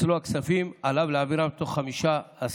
אצלו הכספים, עליו להעבירם בתוך 15 ימים.